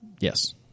Yes